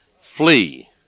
flee